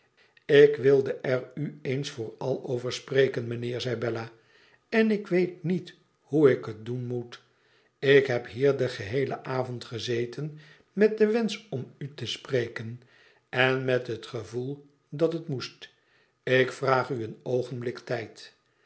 ik wilde er u eens voor al over spreken mijnheer zei bella en ik weet niet hoe ik het doen moet ik heb hier den geheelen avond gezeten met den wensch om u te spreken en met het gevoel dat het moest ik raag u een oogen blik tijd